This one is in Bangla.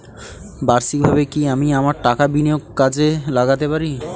বার্ষিকভাবে কি আমি আমার টাকা বিনিয়োগে কাজে লাগাতে পারি?